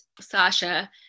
sasha